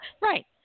Right